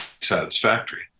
satisfactory